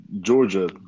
Georgia